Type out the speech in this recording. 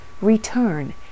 Return